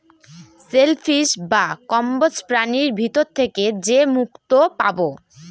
shell fish বা কম্বোজ প্রাণীর ভিতর থেকে যে মুক্তো পাবো